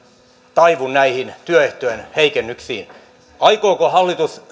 taivu näihin työehtojen heikennyksiin aikooko hallitus